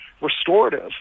restorative